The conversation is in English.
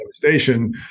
devastation